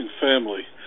family